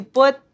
put